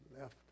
left